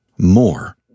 More